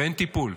ואין טיפול.